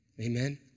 Amen